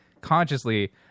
consciously